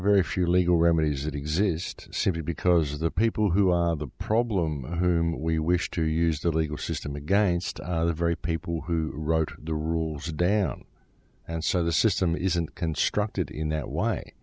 very few legal remedies that exist simply because of the people who are the problem whom we wish to use the legal system against the very people who wrote the rules down and so the system isn't constructed in that way